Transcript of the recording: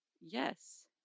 Yes